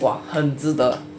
!wah! 很值得